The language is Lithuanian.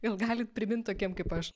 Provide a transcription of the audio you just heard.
gal galit primint tokiem kaip aš